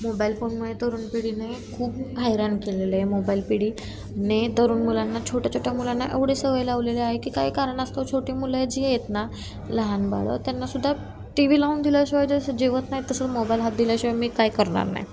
mobile फोनमुळे तरुण पिढीने खूप हैराण केलेले आहे मोबाईल पिढी ने तरुण मुलांना छोट्या छोट्या मुलांना एवढे सवय लावलेले आहे की काय कारणास्तव छोटी मुलं जी आहेत ना लहान बाळं त्यांनासुद्धा टी वी लावून दिल्याशिवाय जसं जेवत नाही तसंच मोबाईल हात दिल्याशिवाय मी काय करणार नाही